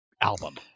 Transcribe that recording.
album